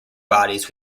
bodies